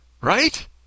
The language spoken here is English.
Right